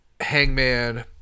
Hangman